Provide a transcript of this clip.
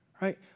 right